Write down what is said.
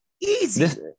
Easy